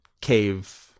cave